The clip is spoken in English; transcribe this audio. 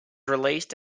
released